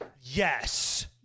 Yes